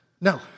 No